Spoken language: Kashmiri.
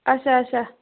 اچھا اچھا